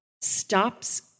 stops